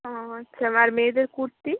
ও আচ্ছা আর মেয়েদের কুর্তি